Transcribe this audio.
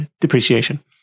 depreciation